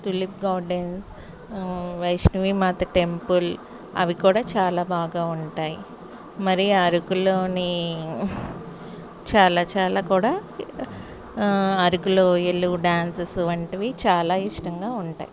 tulip gardens వైష్ణవిమాత temple అవి కూడా చాలా బాగా ఉంటాయి మరి అరకులోని చాలా చాలా కూడా అరకులో ఇల్లు డ్యాన్సెసు వంటివి చాలా ఇష్టంగా ఉంటాయి